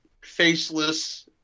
faceless